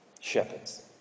Shepherds